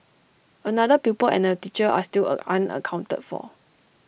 another pupil and A teacher are still unaccounted for